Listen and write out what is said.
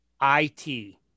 I-T